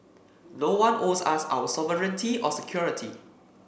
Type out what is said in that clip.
no one owes us our sovereignty or security